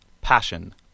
Passion